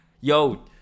Yo